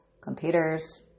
computers